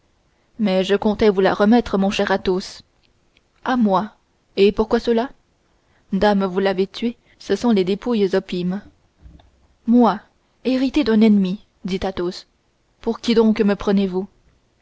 mais je comptais vous la remettre mon cher athos à moi et pourquoi cela dame vous l'avez tué ce sont les dépouilles opimes moi héritier d'un ennemi dit athos pour qui donc me prenezvous